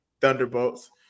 Thunderbolts